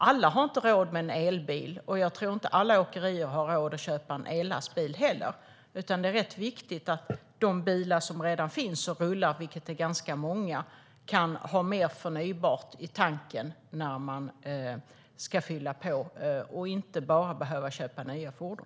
Alla har inte råd med en elbil, och jag tror inte heller att alla åkerier har råd att köpa en ellastbil. Det är viktigt att man i de många bilar som redan finns kan ha mer förnybart i tanken när man ska tanka och inte bara behöver köpa nya fordon.